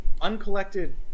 uncollected